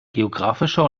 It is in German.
geographischer